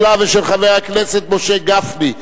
שלה ושל חבר הכנסת משה גפני.